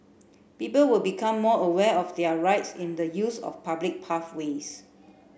people will become more aware of their rights in the use of public pathways